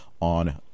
on